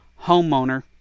homeowner